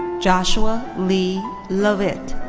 joshua lee lovitte.